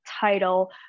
title